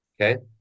okay